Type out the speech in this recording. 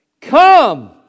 Come